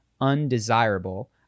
undesirable